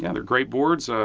yeah they're great boards,